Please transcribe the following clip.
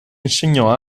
insegnò